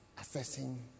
assessing